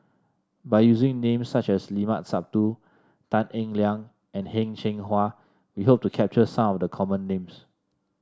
by using names such as Limat Sabtu Tan Eng Liang and Heng Cheng Hwa we hope to capture some the common names